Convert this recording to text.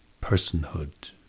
personhood